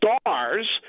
stars